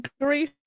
grief